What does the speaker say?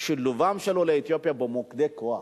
הוא שילובם של עולי אתיופיה במוקדי כוח.